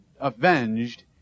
avenged